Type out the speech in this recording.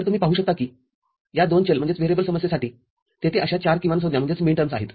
तर तुम्ही पाहु शकता की या दोन चल समस्येसाठी तेथे अशा ४ किमानसंज्ञा आहेत